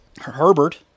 Herbert